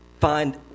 find